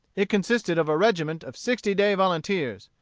it consisted of a regiment of sixty-day volunteers.